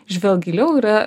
žvelk giliau yra